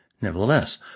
Nevertheless